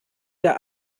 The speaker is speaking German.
der